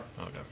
Okay